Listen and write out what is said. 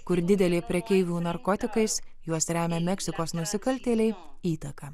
kur didelė prekeivių narkotikais juos remia meksikos nusikaltėliai įtaka